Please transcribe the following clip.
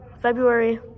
February